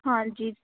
ਹਾਂਜੀ